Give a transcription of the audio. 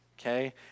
Okay